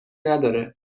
نداره